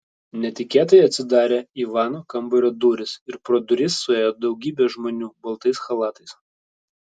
netikėtai atsidarė ivano kambario durys ir pro duris suėjo daugybė žmonių baltais chalatais